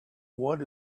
what